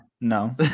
No